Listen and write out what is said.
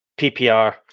PPR